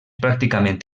pràcticament